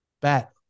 bat